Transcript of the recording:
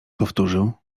powtórzył